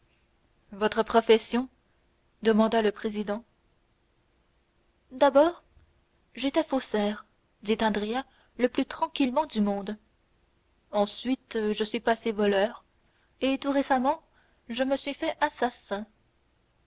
votre profession demanda le président d'abord j'étais faussaire dit andrea le plus tranquillement du monde ensuite je suis passé voleur et tout récemment je me suis fait assassin